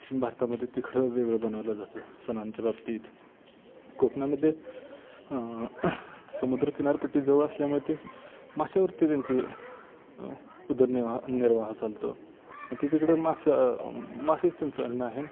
भारतामध्ये तिकडं वेगळं बनवलं जातं सणांच्या बाबतीत कोकणामध्ये समुद्रकिनारपट्टी जवळ असल्यामुळे ते माशावरती त्यांची उदरनिर्वाह निर्वाह चालतो ते तिकडं मासे मासेच त्यांचं अन्न आहे